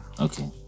Okay